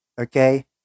okay